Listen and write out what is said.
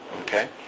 Okay